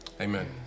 Amen